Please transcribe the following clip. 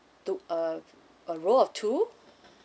two uh a row of two